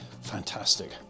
fantastic